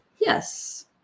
Yes